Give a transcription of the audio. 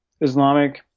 Islamic